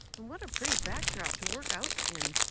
and what a pretty backdrop to workout in.